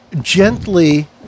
Gently